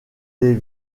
des